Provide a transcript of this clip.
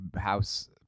House